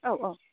औ औ